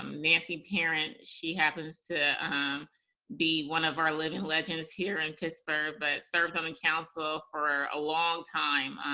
um nancy parent, she happens to be one of our living legends here in pittsburgh, but served on the and council for a long time.